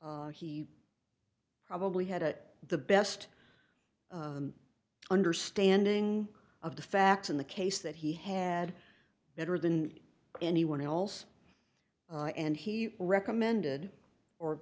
he probably had at the best understanding of the facts in the case that he had better than anyone else and he recommended or